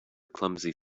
clumsy